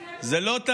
לא, אתה